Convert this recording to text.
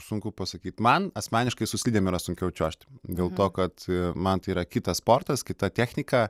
sunku pasakyti man asmeniškai su slidėm yra sunkiau čiuožti dėl to kad man tai yra kitas sportas kita technika